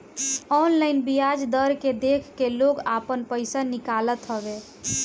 online बियाज दर के देख के लोग आपन पईसा निकालत हवे